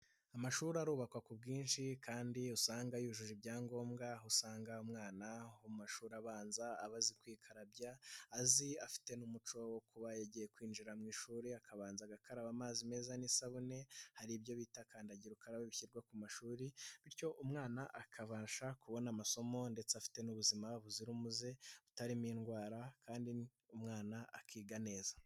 Amashuri arubakwa ku bwinshi kandi usanga yujuje ibyangombwa. Aho usanga umwana wo mu mashuri abanza aba azi kwikarabya. Afite n'umuco wo kuba agiye kwinjira mu ishuri akabanza agakaraba amazi meza n'isabune. Hari ibyo bita kandagira ukarabe bishyirwa ku mashuri bityo umwana akabasha kubona amasomo ndetse afite n'ubuzima buzira umuze butarimo indwara kandi umwana akiga neza.